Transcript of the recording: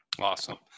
Awesome